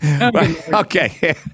Okay